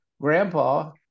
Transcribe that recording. grandpa